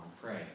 pray